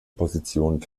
positionen